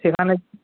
সেখানে